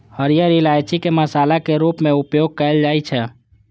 हरियर इलायची के मसाला के रूप मे उपयोग कैल जाइ छै